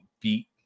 beat